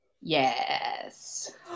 Yes